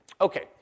Okay